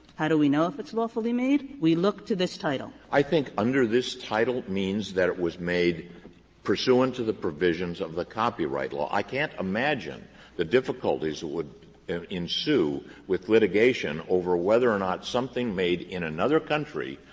how do we know if it's lawfully made? we look to this title. olson i think under this title means that it was made pursuant to the provisions of the copyright law. i can't imagine the difficulties that would ensue with litigation over whether or not something made in another country,